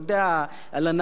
הלנת שכר,